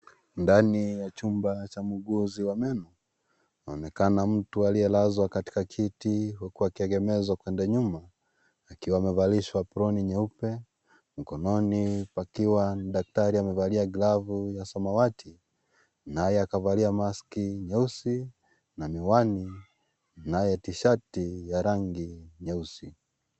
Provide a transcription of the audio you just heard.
Ndani ya chumba cha muuguzi wa meno, anaonekana mtu aliyelazwa katika kiti huku akiegemezwa kwenda nyuma, akiwa amevalishwa aproni nyeupe, mkononi pakiwa daktari amevalia glavu ya samawati, naye akavalia maski nyeusi na miwani ,naye tishati ya rangi nyeusi.